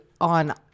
on